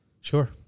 Sure